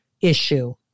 issue